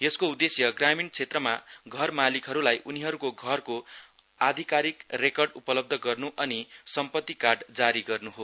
यसको उदेश्य ग्रामीण क्षेत्रमा घर मालिकहरुलाई उनीहरुको घर अधिकारको रेकर्ड उपब्ध गर्नु अनि सम्पति कार्ड जारी गर्नु हो